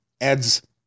adds